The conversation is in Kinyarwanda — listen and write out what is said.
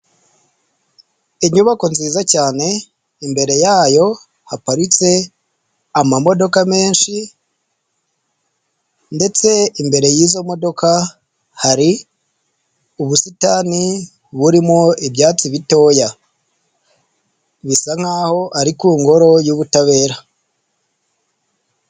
Inyubako nziza cyane imbere yayo haparitse amamodoka menshi ndetse imbere y'izo modoka hari ubusitani burimo ibyatsi bitoya, bisa nkaho ari ku Ingoro y'Ubutabera.